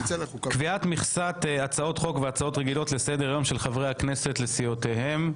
קביעת מכסת הצעות חוק והצעות רגילות לסדר היום של חברי הכנסת לסיעותיהם.